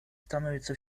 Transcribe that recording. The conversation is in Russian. становится